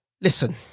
listen